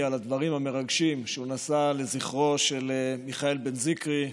על הדברים המרגשים שהוא נשא לזכרו של מיכאל בן זיקרי,